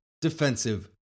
defensive